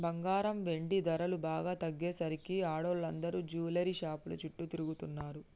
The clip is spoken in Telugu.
బంగారం, వెండి ధరలు బాగా తగ్గేసరికి ఆడోళ్ళందరూ జువెల్లరీ షాపుల చుట్టూ తిరుగుతున్నరు